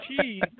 cheese